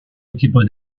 equipos